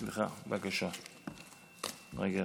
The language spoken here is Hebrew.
סליחה, בבקשה, רגע אחד.